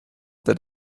that